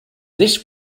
this